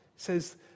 says